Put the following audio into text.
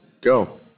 Go